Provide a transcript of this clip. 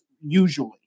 usually